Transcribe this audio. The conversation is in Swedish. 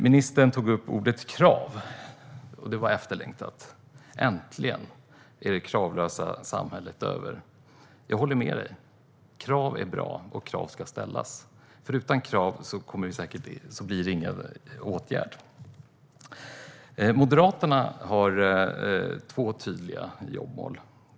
Ministern talade om krav, och det var efterlängtat. Äntligen är det kravlösa samhället över. Jag håller med dig om att krav är bra och att krav ska ställas, för utan krav blir det ingen åtgärd. Moderaterna har två tydliga jobbmål.